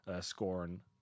Scorn